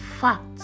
fact